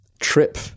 trip